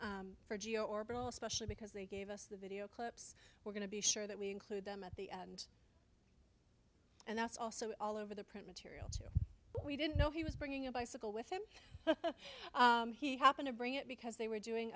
for gio or bill especially because they gave us the video clips we're going to be sure that we include them at the end and that's also all over the print but we didn't know he was bringing a bicycle with him he happened to bring it because they were doing